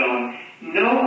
no